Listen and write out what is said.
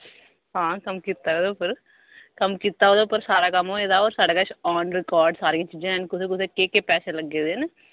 आं कम्म कीता ओह्दे उप्पर कम्म कीता ओह्दे पर सारा कम्म होए दा और साढ़े कश आन रिकार्ड सारियां चीजां हैन कोह्दे कोह्दे केह् केहे पैसे लग्गे दे न